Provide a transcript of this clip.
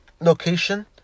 location